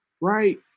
right